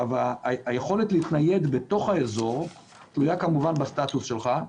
היכולת להתנייד באזור תלויה כמובן בסטטוס שלך,